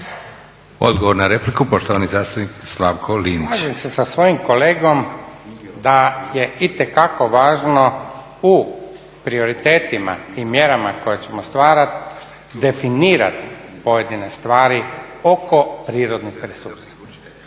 Odgovor na repliku poštovani zastupnik Slavko Linić.